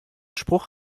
spruch